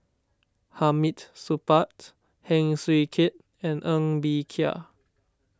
Hamid Supaat Heng Swee Keat and Ng Bee Kia